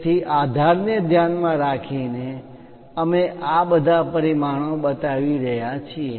તેથી આધારને ધ્યાનમાં રાખીને અમે આ બધા પરિમાણો બતાવી રહ્યા છીએ